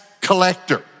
collector